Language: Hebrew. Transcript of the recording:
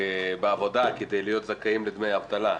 בעבודה כדי להיות זכאי לדמי האבטלה.